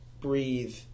breathe